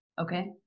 Okay